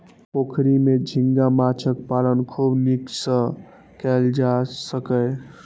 पोखरि मे झींगा माछक पालन खूब नीक सं कैल जा सकैए